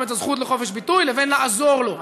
את הזכות לחופש ביטוי לבין לעזור לו.